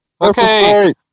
Okay